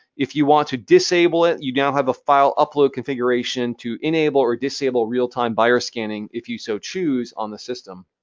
if you want to disable it, you now have a file upload configuration to enable or disable real-time virus scanning if you so choose on the system.